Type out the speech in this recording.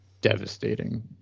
devastating